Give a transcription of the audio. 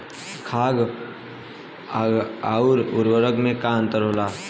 खाद्य आउर उर्वरक में का अंतर होला?